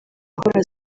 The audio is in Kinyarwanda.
gukora